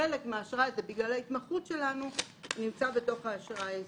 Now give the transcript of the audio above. חלק מהאשראי שניתן בגלל ההתמחות שלנו נמצא בתוך האשראי העסקי.